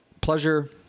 pleasure